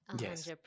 Yes